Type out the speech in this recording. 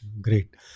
Great